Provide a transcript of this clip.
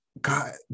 god